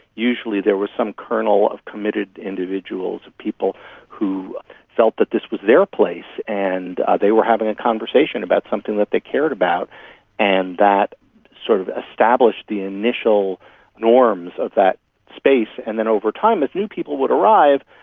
usually there was some kernel of committed individuals, people who felt that this was their place and they were having a conversation about something that they cared about and that sort of established the initial norms of that space. and then over time, as new people would arrive,